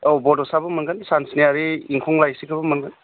औ बड'साबो मोनगोन सान स्नियारि इंखं लाइसिखौबो मोनगोन